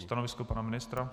Stanovisko pana ministra?